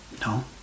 no